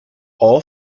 all